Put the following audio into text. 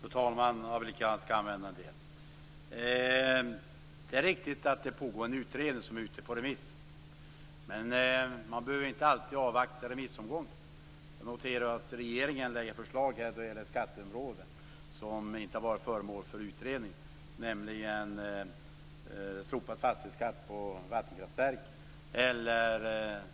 Fru talman! Det är riktigt att det pågår en utredning som är ute på remiss. Men man behöver inte alltid avvakta remissomgången. Jag noterar att regeringen här lägger fram förslag på skatteområdet som inte har varit föremål för utredning, nämligen slopad fastighetsskatt på vattenkraftverk och